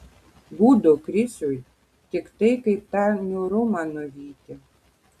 gūdu krisiui tiktai kaip tą niūrumą nuvyti